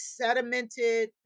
sedimented